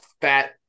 fat